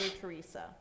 Teresa